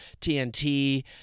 TNT